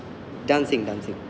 dancing dancing